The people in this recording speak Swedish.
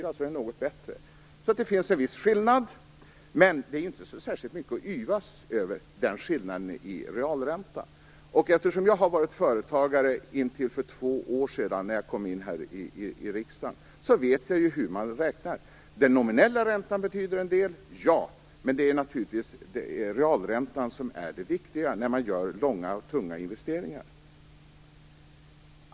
Det är alltså något bättre. Det finns en viss skillnad, men den skillnaden i realränta är inte mycket att yvas över. Eftersom jag har varit företagare tills för två år sedan, när jag kom in i riksdagen, vet jag hur man räknar. Den nominella räntan betyder en del, men det är naturligtvis realräntan som är det viktiga när man gör långa och tunga investeringar.